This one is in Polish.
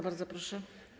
Bardzo proszę.